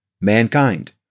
mankind